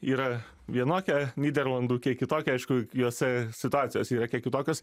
yra vienokia nyderlandų kiek kitokia aišku jose situacijos yra kiek kitokios